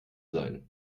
sein